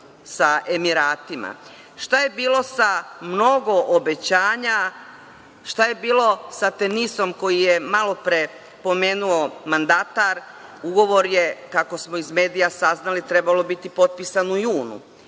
sa Emiratima? Šta je bilo sa mnogo obećanja? Šta je bilo sa „Tenisom“ koji je malopre pomenuo mandatar? Ugovor je, kako smo iz medija saznali, trebao biti potpisano u junu.